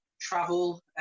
travel